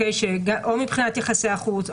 או מבחינת יחסי החוץ,